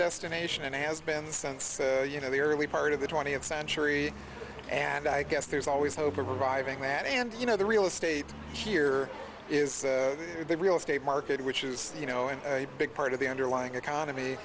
destination and has been the sense you know the early part of the twentieth century and i guess there's always hope of reviving that and you know the real estate here is the real estate market which is you know and a big part of the underlying economy